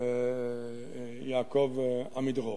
יעקב עמידרור,